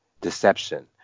deception